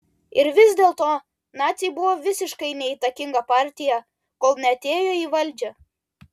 ir vis dėlto naciai buvo visiškai neįtakinga partija kol neatėjo į valdžią